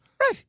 right